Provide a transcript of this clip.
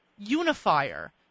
Unifier